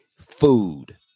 food